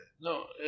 No